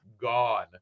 gone